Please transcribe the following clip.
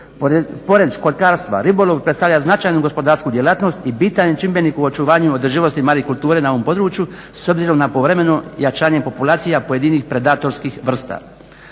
Pored školjkarstva ribolov predstavlja značajnu gospodarsku djelatnost i bitan je čimbenik u očuvanju održivosti marikulture na ovom području s obzirom na povremeno jačanje populacija pojedinih predatorskih vrsta.